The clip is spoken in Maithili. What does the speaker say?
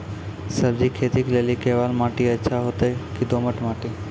सब्जी खेती के लेली केवाल माटी अच्छा होते की दोमट माटी?